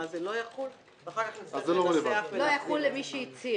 זה לא יחול ואחר כך -- לא יחול למי שהצהיר,